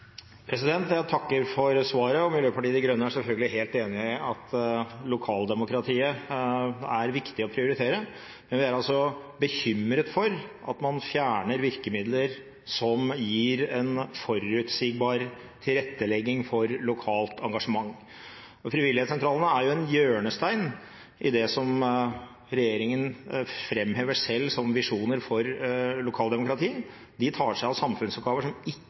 Jeg takker for svaret. Miljøpartiet De Grønne er selvfølgelig helt enig i at lokaldemokratiet er viktig å prioritere, men vi er altså bekymret for at man fjerner virkemidler som gir en forutsigbar tilrettelegging for lokalt engasjement. Frivillighetssentralene er jo en hjørnestein i det som regjeringen selv framhever som visjoner for lokaldemokratiet. De tar seg av samfunnsoppgaver som ikke